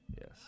Yes